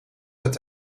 het